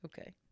Okay